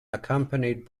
accompanied